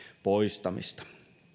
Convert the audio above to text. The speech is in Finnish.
poistamista